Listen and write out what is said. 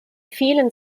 vielen